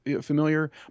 familiar